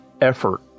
effort